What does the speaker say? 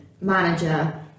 manager